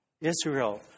Israel